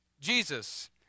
Jesus